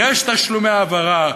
יש תשלומי העברה,